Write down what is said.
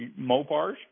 Mopars